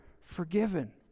forgiven